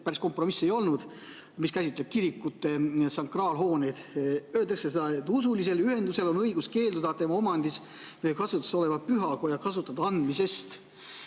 päris kompromiss ei olnud, see käsitleb kirikute sakraalhooneid. Siin öeldakse, et usulisel ühendusel on õigus keelduda tema omandis või kasutuses oleva pühakoja kasutada andmisest.